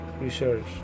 Research